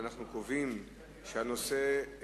אנחנו קובעים שהנושא,